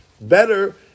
Better